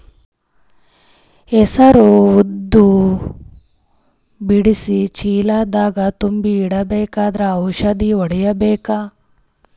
ಹೆಸರು ಉದ್ದ ಬಿಡಿಸಿ ಚೀಲ ದಾಗ್ ತುಂಬಿ ಇಡ್ಬೇಕಾದ್ರ ಔಷದ ಹೊಡಿಬೇಕ?